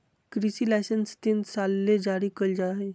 कृषि लाइसेंस तीन साल ले जारी कइल जा हइ